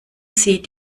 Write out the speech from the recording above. sie